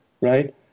right